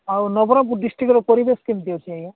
ଆଉ ନବରଙ୍ଗପୁର ଡିଷ୍ଟ୍ରିକର ପରିବେଶ କେମିତି ଅଛି ଆଜ୍ଞା